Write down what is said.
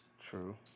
True